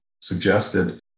suggested